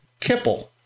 Kipple